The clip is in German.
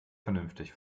vernünftig